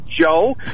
Joe